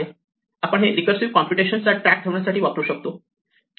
आपण हे recursive computation चा ट्रॅक ठेवण्यासाठी वापरू शकतो